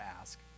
ask